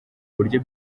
buryo